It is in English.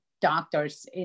doctors